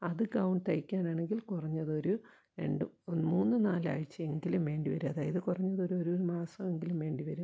അത് ഗൗൺ തയ്ക്കാനാണെങ്കിൽ കുറഞ്ഞതൊരു രണ്ട് ഒരു മൂന്ന് നാലാഴ്ച്ചയെങ്കിലും വേണ്ടി വരും അതായത് കുറഞ്ഞതൊരു ഒരു മാസമെങ്കിലും വേണ്ടി വരും